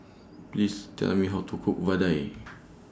Please Tell Me How to Cook Vadai